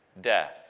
death